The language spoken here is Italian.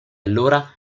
allora